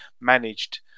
managed